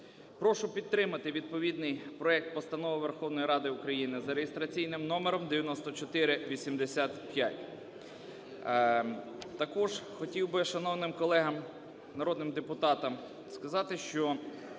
Прошу підтримати відповідний проект Постанови Верховної Ради України за реєстраційним номером 9485. Також хотів би шановним колегами народним депутатам сказати, що